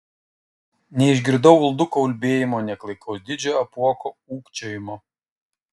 neišgirdau ulduko ulbėjimo nė klaikaus didžiojo apuoko ūkčiojimo